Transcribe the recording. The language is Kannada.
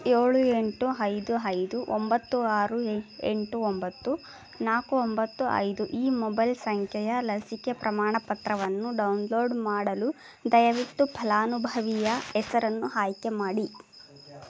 ಏಳು ಎಂಟು ಐದು ಐದು ಒಂಬತ್ತು ಆರು ಎಂಟು ಒಂಬತ್ತು ನಾಲ್ಕು ಒಂಬತ್ತು ಐದು ಈ ಮೊಬೈಲ್ ಸಂಖ್ಯೆಯ ಲಸಿಕೆ ಪ್ರಮಾಣಪತ್ರವನ್ನು ಡೌನ್ಲೋಡ್ ಮಾಡಲು ದಯವಿಟ್ಟು ಫಲಾನುಭವಿಯ ಹೆಸರನ್ನು ಆಯ್ಕೆ ಮಾಡಿ